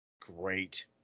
Great